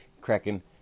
cracking